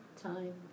time